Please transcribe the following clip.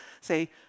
say